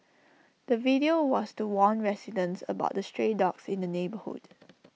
the video was to warn residents about the stray dogs in the neighbourhood